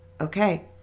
Okay